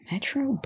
Metro